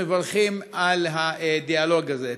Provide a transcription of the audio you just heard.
מברכים על הדיאלוג הזה.